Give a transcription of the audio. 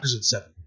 seven